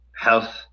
health